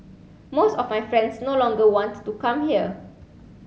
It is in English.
most of my friends no longer want to come here